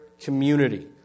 community